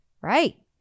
Right